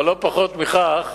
אבל לא פחות מכך,